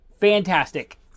fantastic